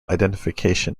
identification